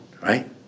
right